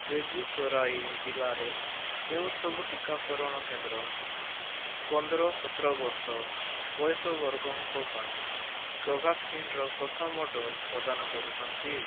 ବେଗୁସରାଇ ଜିଲ୍ଲାରେ କେଉଁ ସବୁ ଟିକାକରଣ କେନ୍ଦ୍ର ପନ୍ଦର ସତର ବର୍ଷ ବୟସ ବର୍ଗଙ୍କ ପାଇଁ କୋଭ୍ୟାକ୍ସିନ୍ ର ପ୍ରଥମ ଡୋଜ୍ ପ୍ରଦାନ କରୁଛନ୍ତି